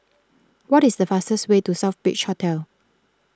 what is the fastest way to Southbridge Hotel